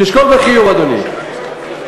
תשקול בחיוב, אדוני.